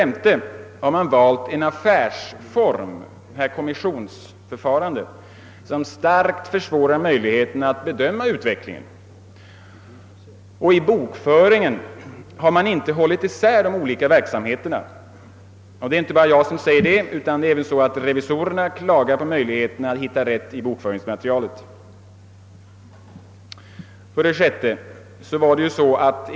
Man har valt en affärsform, kommissionsförfarande, som starkt försvårat möjligheterna att bedöma utvecklingen och i bokföringen inte hållit isär de olika verksamheterna. Det är inte bara jag som säger detta, utan även revisorerna har klagat på möjligheterna att hitta rätt i bokföringsmaterialet. 6.